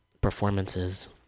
Performances